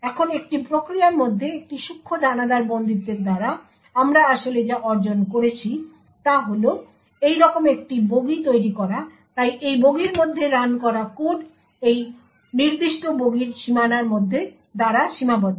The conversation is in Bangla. এখন একটি প্রক্রিয়ার মধ্যে একটি সূক্ষ্ম দানাদার বন্দিত্বের দ্বারা আমরা আসলে যা অর্জন করেছি তা হল এইরকম একটি বগি তৈরি করা তাই এই বগির মধ্যে রান করা কোড এই নির্দিষ্ট বগির সীমানার দ্বারা সীমাবদ্ধ